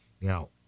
Now